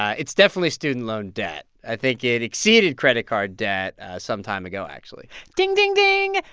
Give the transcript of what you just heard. it's definitely student loan debt. i think it exceeded credit card debt some time ago, actually ding, ding, ding,